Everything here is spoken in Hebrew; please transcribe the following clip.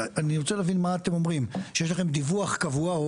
אני רוצה להבין מה אתם אומרים: יש לכם דיווח קבוע,